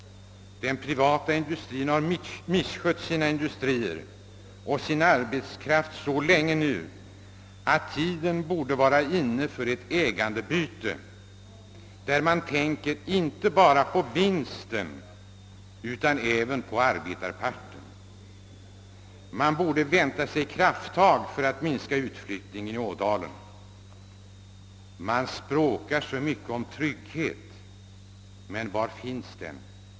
Den privata industrin har misskött sina industrier och sin arbetskraft så länge nu, att tiden borde vara inne för ett ägandebyte där man tänker inte bara på vinsten, utan även på arbetarparten. Man borde vänta sig krafttag för att minska utflyttningen från Ådalen. Man språkar mycket om trygghet men var finns den?